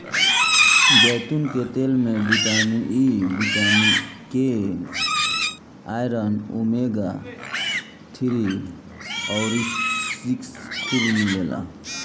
जैतून के तेल में vitamin E, vitamin K, iron, omega three अउरी सिक्स खूब मिलेला